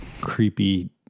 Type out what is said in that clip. Creepy